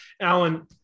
Alan